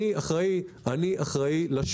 אני אחראי לשוק.